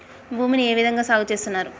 భూమిని ఏ విధంగా సాగు చేస్తున్నారు?